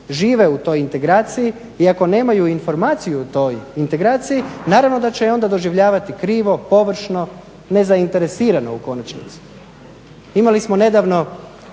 žive u toj integraciji i ako nemaju informaciju o toj integraciji naravno da će onda doživljavati krivo, površno, nezainteresirano u konačnici. Imali smo nedavno